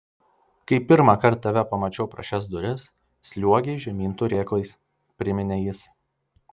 kai pirmąkart tave pamačiau pro šias duris sliuogei žemyn turėklais priminė jis